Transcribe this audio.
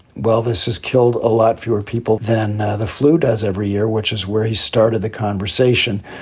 well, this has killed a lot fewer people than the flu does every year, which is where he started the conversation.